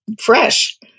fresh